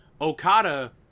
Okada